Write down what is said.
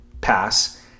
pass